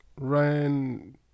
Ryan